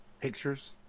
pictures